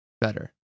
better